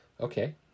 Okay